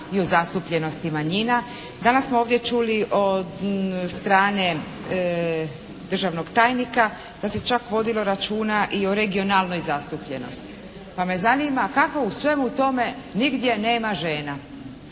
i u zastupljenosti manjina. Danas smo ovdje čuli od strane državnog tajnika da se čak vodilo računa i o regionalnoj zastupljenosti. Pa me zanima kako u svemu tome nigdje nema žena.